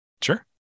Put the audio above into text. Sure